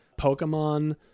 Pokemon